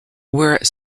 were